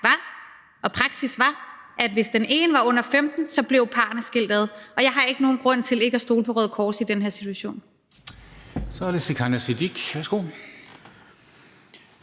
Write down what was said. instruks var, at hvis den ene var under 15 år, blev parrene skilt ad. Jeg har ikke nogen grund til ikke at stole på Røde Kors i den her situation. Kl. 14:14 Formanden (Henrik